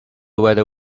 whether